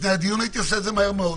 הייתי עושה את זה מהר מאוד.